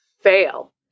fail